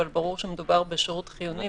אבל ברור שמדובר בשירות חיוני,